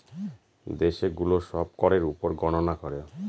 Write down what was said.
দেশে গুলো সব করের উপর গননা করে